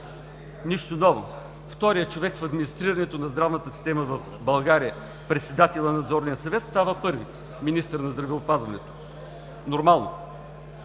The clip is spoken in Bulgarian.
нищо ново. Вторият човек в администрирането на здравната система в България, председател на Надзорния съвет става първи – министър на здравеопазването. Нормално.